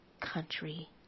country